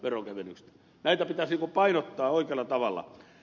näitä pitäisi painottaa oikealla tavalla